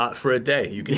but for a day, you can